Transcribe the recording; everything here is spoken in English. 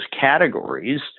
categories